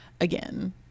Again